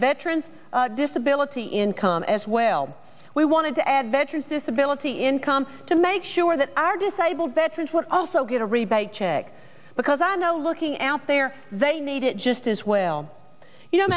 veterans disability income as well we want to add veterans disability income to make sure that our disabled veterans would also get a rebate check because i know looking out there they need it just as well you know